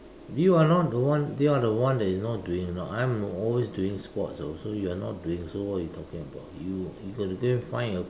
you are not the one they are the one that is not doing you know I'm always doing sports so you're not doing so what you talking about you'll you got to go find a